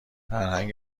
فرهنگ